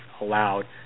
allowed